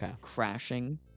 crashing